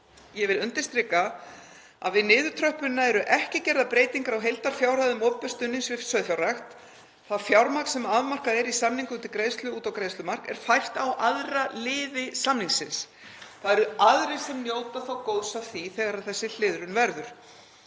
Ég vil undirstrika að við niðurtröppunina eru ekki gerðar breytingar á heildarfjárhæðum opinbers stuðnings við sauðfjárrækt. Það fjármagn sem afmarkað er í samningum til greiðslu út á greiðslumark er fært á aðra liði samningsins. Það eru aðrir sem njóta þá góðs af því þegar þessi hliðrun verður.